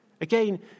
Again